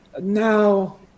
Now